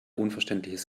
unverständliches